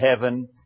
heaven